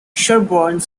sherborne